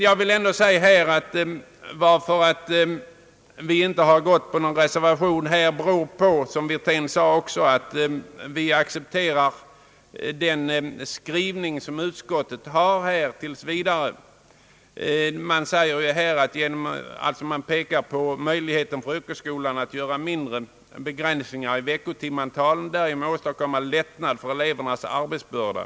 Jag vill dock framhålla att anledningen till att vi inte reserverat oss är, som herr Wirtén sade, att vi tills vidare accepterar den skrivning som utskottet har. Utskottet pekar på möjligheterna för yrkesskolan att göra mindre begränsningar i veckotimtalet och därmed åstadkomma en lättnad i elevernas arbetsbörda.